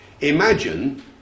imagine